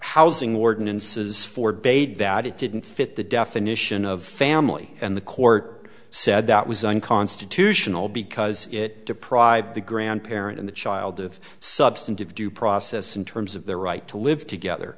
housing ordinances for debate that it didn't fit the definition of family and the court said that was unconstitutional because it deprived the grandparent in the child of substantive due process in terms of their right to live together